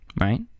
right